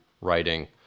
writing